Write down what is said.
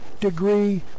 degree